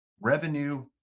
revenue